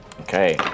Okay